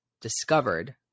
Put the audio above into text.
discovered